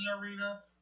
arena